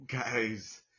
Guys